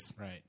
Right